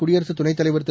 குடியரசு துணைத் தலைவர் திரு